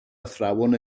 athrawon